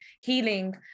healing